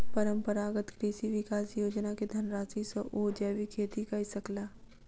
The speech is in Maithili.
परंपरागत कृषि विकास योजना के धनराशि सॅ ओ जैविक खेती कय सकला